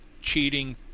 cheating